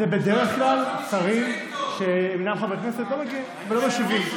בדרך כלל שרים שאינם חברי כנסת לא מגיעים ולא משיבים.